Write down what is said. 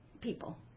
people